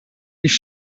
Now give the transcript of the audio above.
nicht